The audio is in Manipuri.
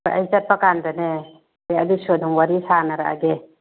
ꯑꯥ ꯑꯩ ꯆꯠꯄ ꯀꯥꯟꯗꯅꯦ ꯍꯣꯏ ꯑꯗꯨꯁꯨ ꯑꯗꯨꯝ ꯋꯥꯔꯤ ꯁꯥꯟꯅꯔꯛꯑꯒꯦ